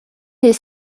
les